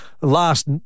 last